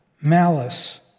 malice